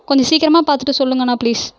கொஞ்சம் சீக்கிரமாக பார்த்துட்டு சொல்லுங்கண்ணா ப்ளீஸ்